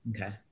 Okay